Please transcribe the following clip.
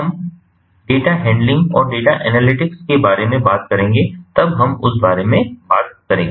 तो जब हम डेटा हैंडलिंग और डेटा एनालिटिक्स के बारे में बात करेंगे तब हम उस बारे में बात करेंगे